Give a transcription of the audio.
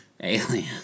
alien